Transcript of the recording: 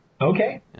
Okay